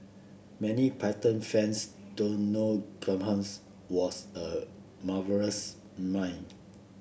many Python fans don't know Graham's was a marvellous mime